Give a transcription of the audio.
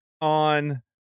on